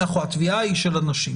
נכון, התביעה היא של הנשים.